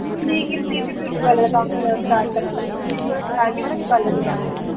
में बी ब्यूटीपार्लर दा कम्म सटार्ट करना चाहन्नीं तुस मिगी थोह्ड़ा सनागे ब्यूटीपार्लर दे बारे बिच्च